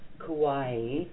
Kauai